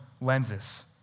lenses